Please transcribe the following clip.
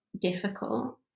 difficult